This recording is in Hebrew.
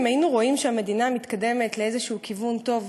אם היינו רואים שהמדינה מתקדמת לאיזה כיוון טוב